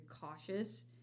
cautious